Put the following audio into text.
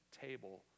table